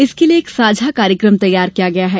इसके लिये एक साझा कार्यक्रम तैयार किया गया है